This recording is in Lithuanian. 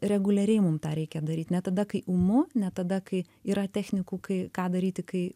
reguliariai mum tą reikia daryt ne tada kai ūmu ne tada kai yra technikų kai ką daryti kai